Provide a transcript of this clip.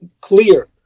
clear